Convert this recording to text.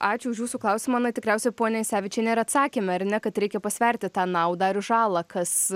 ačiū už jūsų klausimą na tikriausiai ponia isevičiene ir atsakėme ar ne kad reikia pasverti tą naudą ir žalą kas